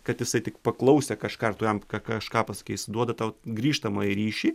kad jisai tik paklausė kažką ar tu jam ka kažką pasakei jis duoda tau grįžtamąjį ryšį